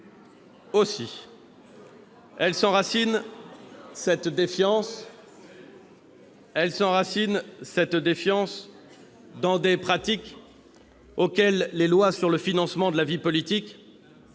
Elle s'enracine aussi dans des pratiques auxquelles les lois sur le financement de la vie politique,